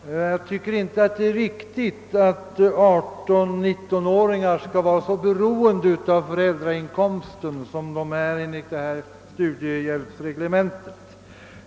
Jag tycker inte att det är riktigt att 18—19-åringar skall vara så beroende av föräldrainkomsten som de är enligt detta studiehjälpsreglemente.